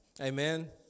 Amen